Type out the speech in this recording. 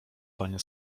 panie